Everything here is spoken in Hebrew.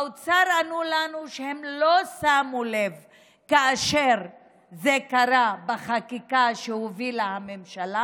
באוצר ענו לנו שהם לא שמו לב שזה קרה בחקיקה שהובילה הממשלה